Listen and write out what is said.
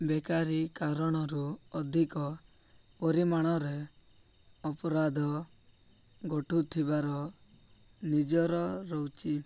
ବେକାରି କାରଣରୁ ଅଧିକ ପରିମାଣରେ ଅପରାଧ ଘଟୁଥିବାର ନଜିର ରହୁଛି